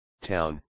town